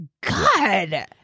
God